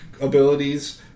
abilities